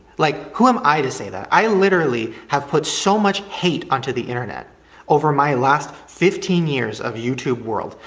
like, who am i to say that? i literally have put so much hate onto the internet over my last fifteen years of youtube world,